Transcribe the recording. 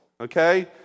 Okay